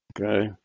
okay